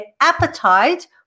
appetite